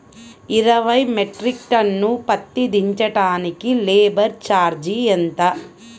ఇరవై metric ton పత్తి దించటానికి లేబర్ ఛార్జీ ఎంత?